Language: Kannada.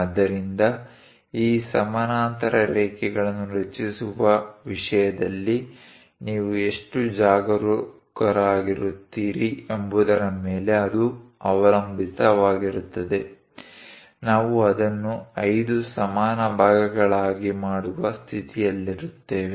ಆದ್ದರಿಂದ ಈ ಸಮಾನಾಂತರ ರೇಖೆಗಳನ್ನು ರಚಿಸುವ ವಿಷಯದಲ್ಲಿ ನೀವು ಎಷ್ಟು ಜಾಗರೂಕರಾಗಿರುತ್ತೀರಿ ಎಂಬುದರ ಮೇಲೆ ಅದು ಅವಲಂಬಿತವಾಗಿರುತ್ತದೆ ನಾವು ಅದನ್ನು 5 ಸಮಾನ ಭಾಗಗಳಾಗಿ ಮಾಡುವ ಸ್ಥಿತಿಯಲ್ಲಿರುತ್ತೇವೆ